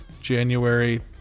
january